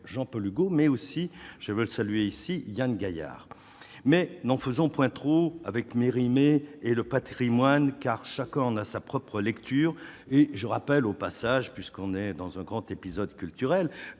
Jean-Paul Hugot mais aussi je veux saluer ici Yann Gaillard, mais n'en faisons point trop avec Mérimée et le Patrimoine, car chacun a sa propre lecture et je rappelle au passage, puisqu'on est dans un grand épisode culturel